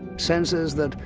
sensors that,